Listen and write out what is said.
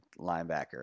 linebacker